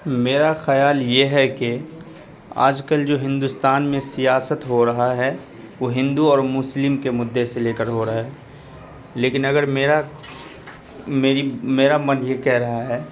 میرا خیال یہ ہے کہ آج کل جو ہندوستان میں سیاست ہو رہا ہے وہ ہندو اور مسلم کے مدعے سے لے کر ہو رہا ہے لیكن اگر میرا میری میرا من یہ کہہ رہا ہے